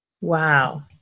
Wow